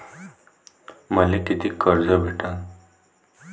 मले कितीक कर्ज भेटन?